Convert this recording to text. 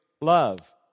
love